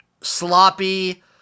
sloppy